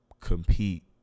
compete